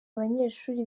abanyeshuri